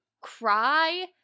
cry